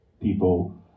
people